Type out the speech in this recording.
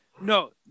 No